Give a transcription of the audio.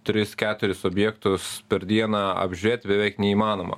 tris keturis objektus per dieną apžiūrėt beveik neįmanoma